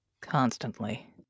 Constantly